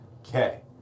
Okay